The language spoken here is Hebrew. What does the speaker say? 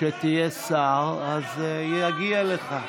כשתהיה שר אז יגיע לך.